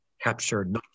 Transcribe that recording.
captured